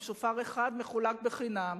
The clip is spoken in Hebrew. אם שופר אחד מחולק בחינם,